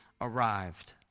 arrived